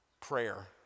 Prayer